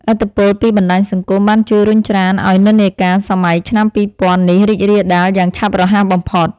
ឥទ្ធិពលពីបណ្តាញសង្គមបានជួយរុញច្រានឱ្យនិន្នាការសម័យឆ្នាំពីរពាន់នេះរីករាលដាលយ៉ាងឆាប់រហ័សបំផុត។